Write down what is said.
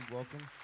Welcome